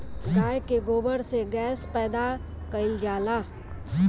गाय के गोबर से गैस पैदा कइल जाला